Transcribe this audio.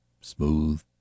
smooth